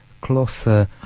closer